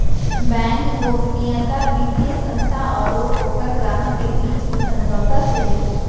bank गोपनीयता वित्तीय संस्था आरो ओकर ग्राहक के बीच इ समझौता से हइ